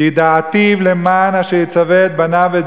"כי ידעתיו למען אשר יצוה את בניו ואת